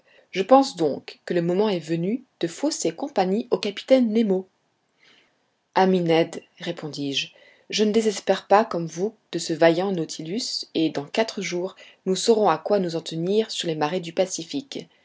je pense donc que le moment est venu de fausser compagnie au capitaine nemo ami ned répondis-je je ne désespère pas comme vous de ce vaillant nautilus et dans quatre jours nous saurons à quoi nous en tenir sur les marées du pacifique